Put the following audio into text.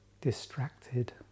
distracted